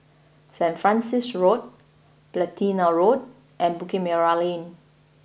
San Francis Road Platina Road and Bukit Merah Lane